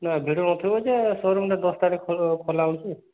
ନାଁ ଭିଡ଼ ନଥିବ ଯେ ଶୋରୁମ୍ଟା ଦଶଟାରେ ଖୋଲା ହେଉଛି